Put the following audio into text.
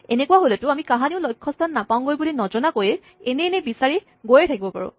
এনেকুৱা হ'লেটো আমি কাহানিও লক্ষস্হান নাপাওঁগৈ বুলি নজনাকৈয়ে এনেই এনেই বিচাৰি গৈয়ে থাকিব পাৰোঁ